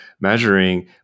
measuring